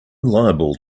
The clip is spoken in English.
liable